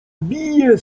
bije